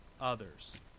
others